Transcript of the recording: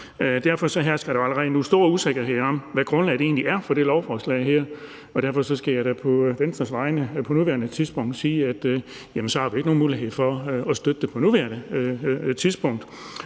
Derfor hersker der jo allerede nu stor usikkerhed om, hvad grundlaget egentlig er for det her lovforslag, og derfor skal jeg da på Venstres vegne sige, at så har vi da ikke nogen mulighed for at støtte det på nuværende tidspunkt,